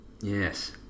Yes